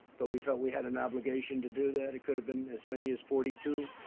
but we felt we had an obligation to do that. it could have been as many as forty two,